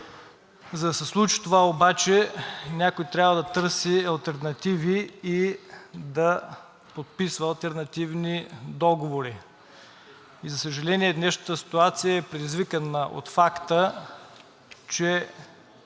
За да се случи това обаче, някой трябва да търси алтернативи и да подписва алтернативни договори. И за съжаление, днешната ситуация е предизвикана от факта, че